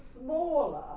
smaller